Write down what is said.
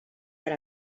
per